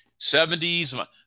70s